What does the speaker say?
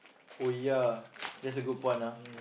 oh ya that's a good point ah